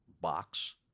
box